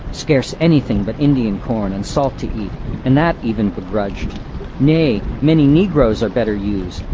scarce anything but indian corn and salt to eat and that even begrudged nay many negroes are better used,